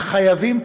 אך חייבים,